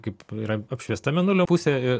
kaip yra apšviesta mėnulio pusė